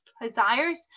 desires